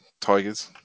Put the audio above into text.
tigers